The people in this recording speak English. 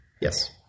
Yes